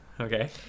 Okay